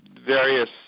various